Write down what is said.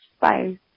bye